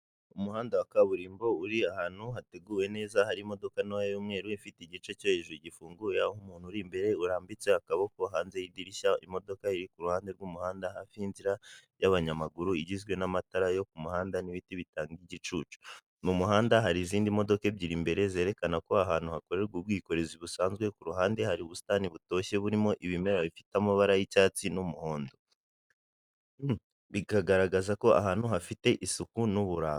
Umuhanda wa kaburimbo uri ahantu hateguwe neza hari imodoka ntoya y'mweru ifite igice cyo hejuru gifunguye aho umuntu uri imbere urambitse akaboko hanze y'dirishya, imodoka iri ku ruhande rw'umuhanda hafi y'inzira y'abanyamaguru igizwe n'amatara yo ku muhanda n'ibiti bitanga igicucu, mu muhanda hari izindi modoka ebyiri imbere zerekana ko aha hantu hakorerwa ubwikorezi busanzwe, ku ruhande hari ubusitani butoshye burimo ibimera bifite amabara y'icyatsi n'umuhondo, bikagaragaza ko ahantu hafite isuku n'uburanga.